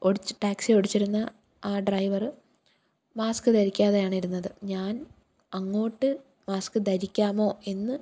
ഓടിച്ച ടാക്സി ഓടിച്ചിരുന്ന ആ ഡ്രൈവര് മാസ്ക്ക് ധരിക്കാതെയാണ് ഇരുന്നത് ഞാൻ അങ്ങോട്ട് മാസ്ക്ക് ധരിക്കാമോ എന്ന്